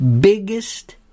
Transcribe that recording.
biggest